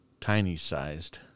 tiny-sized